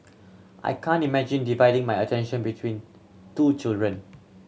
I can't imagine dividing my attention between two children